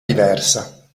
diversa